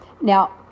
Now